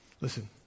Listen